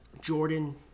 Jordan